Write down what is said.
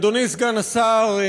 אדוני סגן השר,